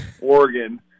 Oregon